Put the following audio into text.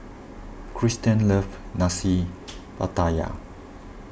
Kirsten loves Nasi Pattaya